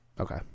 okay